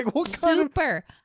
Super